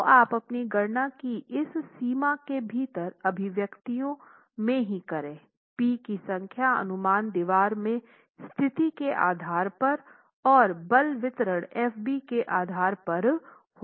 तो आप अपनी गणना को इस सीमा के भीतर अभिव्यक्तियों में ही करें P की संख्या अनुमान दीवार में स्थिति के आधार पर और बल वितरण Fb के आधार पर होगा